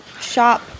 shop